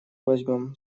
возьмём